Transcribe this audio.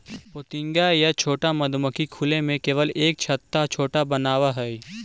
पोतिंगा या छोटा मधुमक्खी खुले में केवल एक छत्ता छोटा बनावऽ हइ